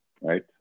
right